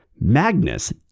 Magnus